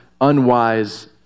unwise